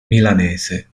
milanese